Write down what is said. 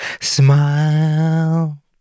smile